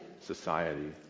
society